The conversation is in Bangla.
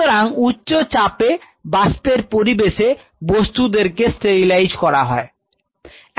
সুতরাং উচ্চচাপে বাষ্পের পরিবেশে বস্তুদের কে স্টেরিলাইজ করা হচ্ছে